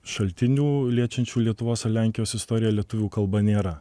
šaltinių liečiančių lietuvos ir lenkijos istoriją lietuvių kalba nėra